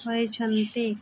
ହୋଇଛନ୍ତି